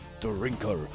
drinker